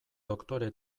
doktore